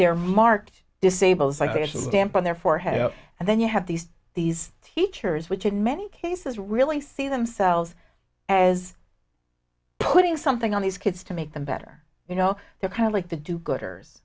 they are marked disables like their stamp on their forehead and then you have these these teachers which in many cases really see themselves as putting something on these kids to make them better you know they're kind of like the do gooders